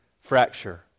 Fracture